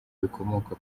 bikomoka